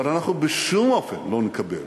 אבל אנחנו בשום אופן לא נקבל